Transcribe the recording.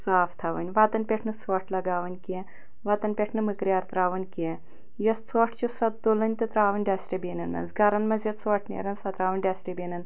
صاف تھاوٕنۍ وَتَن پٮ۪ٹھ نہٕ ژھۄٹھ لگاوٕنۍ کیٚنٛہہ وَتَن پٮ۪ٹھ نہٕ مٕکریار ترٛاوُن کیٚنٛہہ یۄس ژھۄٹھ چھ سۄ تُلنۍ ترٛاوٕنۍ ڈسٹہٕ بیٖنَن مَنٛز گھرَن مَنٛز یۄس ژھۄٹھ نیران سۄ ترٛاوٕنۍ ڈسٹہٕ بیٖنَن